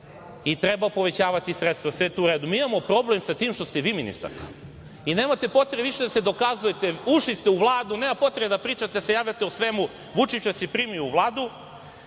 i treba povećavati sredstva, sve je to u redu, mi imamo problem sa tim što ste vi ministarka. Nemate potrebe više da se dokazujete. Ušli ste u Vladu, nema potrebe da pričate, da se javljate, o svemu. Vučić vas je primio u Vladu,